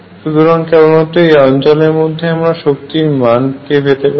সুতরাং কেবলমাত্র এই অঞ্চলের মধ্যেই আমরা শক্তির মান কে পেতে পারি